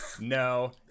No